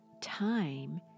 time